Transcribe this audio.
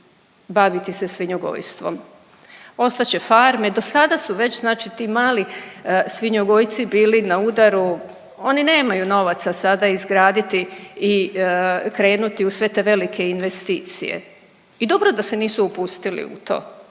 baviti se svinjogojstvom. Ostat će farme, dosada su već znači ti mali svinjogojci bili na udaru, oni nemaju novaca sada izgraditi i krenuti u sve te velike investicije i dobro da se nisu upustili u to.